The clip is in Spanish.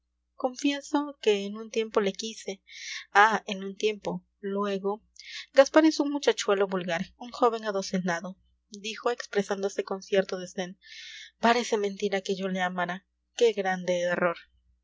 confieso que en un tiempo le quise ah en un tiempo luego gaspar es un muchachuelo vulgar un joven adocenado dijo expresándose con cierto desdén parece mentira que yo le amara qué grande error